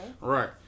Right